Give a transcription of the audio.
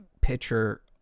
pitcher